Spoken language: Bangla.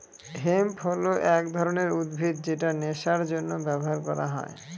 হেম্প হল এক ধরনের উদ্ভিদ যেটা নেশার জন্য ব্যবহার করা হয়